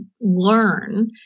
learn